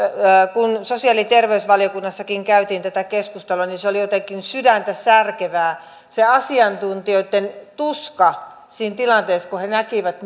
kun sosiaali ja terveysvaliokunnassakin käytiin tätä keskustelua niin se oli jotenkin sydäntä särkevää se asiantuntijoitten tuska siinä tilanteessa kun he näkivät